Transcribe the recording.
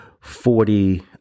forty